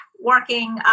working